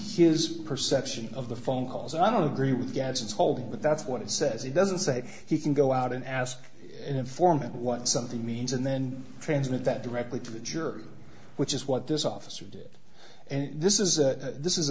his perception of the phone calls i don't agree with gadgets holding but that's what it says he doesn't say he can go out and ask an informant what something means and then transmit that directly to the jury which is what this officer did and this is this is